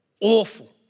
awful